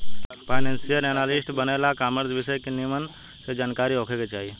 financial analyst बने ला commerce विषय के निमन से जानकारी होखे के चाही